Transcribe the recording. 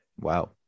Wow